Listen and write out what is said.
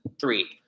three